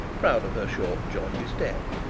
proud of her short jaunty step,